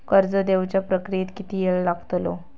कर्ज देवच्या प्रक्रियेत किती येळ लागतलो?